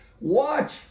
watch